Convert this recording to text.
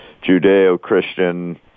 Judeo-Christian